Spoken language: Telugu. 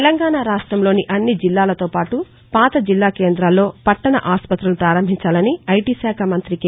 తెలంగాణా రాష్టంలోని అన్ని జిల్లాలతోపాటు పాత జిల్లా కేందాల్లో పట్టణ ఆసుపతులను ప్రారంభించాలని ఐటీ శాఖ మంతి కె